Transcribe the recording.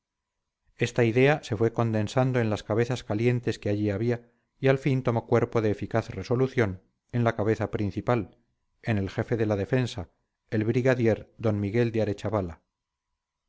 esta idea se fue condensando en las cabezas calientes que allí había y al fin tomó cuerpo de eficaz resolución en la cabeza principal en el jefe de la defensa el brigadier d miguel de arechavala